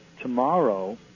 tomorrow